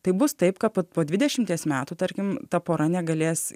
tai bus taip kad po po dvidešimties metų tarkim ta pora negalės